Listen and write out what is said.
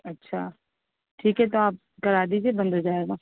اچھا ٹھیک ہے تو آپ کرا دیجیے بند ہو جائے گا